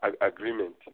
agreement